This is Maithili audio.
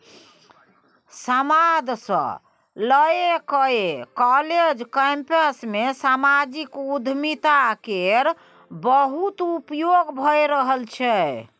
समाद सँ लए कए काँलेज कैंपस मे समाजिक उद्यमिता केर बहुत उपयोग भए रहल छै